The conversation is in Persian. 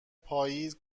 پاییز